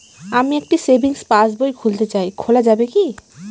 আমি একটি সেভিংস পাসবই খুলতে চাই খোলা যাবে কি?